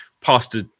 pastor